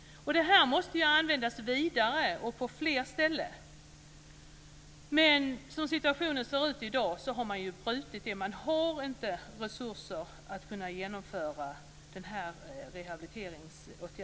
Det måste användas vidare och på flera ställen. Som situationen ser ut i dag har man brutit det, man har inte resurser för att kunna genomföra den här rehabiliteringen.